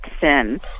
sin